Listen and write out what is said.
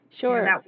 Sure